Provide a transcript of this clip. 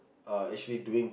are actually doing